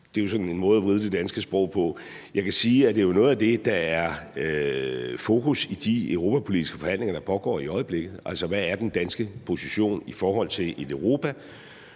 Det er jo en måde at vride det danske sprog på. Jeg kan sige, at det jo er noget af det, der er fokus på i de europapolitiske forhandlinger, der pågår i øjeblikket, altså hvad den danske position er i forhold til et EU,